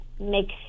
make